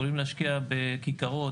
יכולים להשקיע בכיכרות.